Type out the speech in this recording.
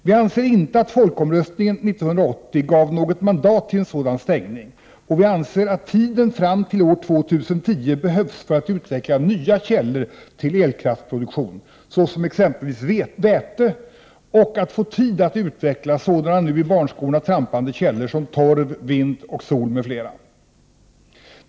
Vi anser inte att folkomröstningen 1980 gav något mandat till en sådan stängning, och vi anser att tiden fram till år 2010 behövs för att utveckla nya källor till elkraftsproduktion, såsom väte, och få tid att utveckla sådana nu i barnskorna trampande källor som torv, vind och sol m.fl.